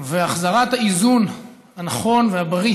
והחזרת האיזון הנכון והבריא